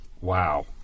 Wow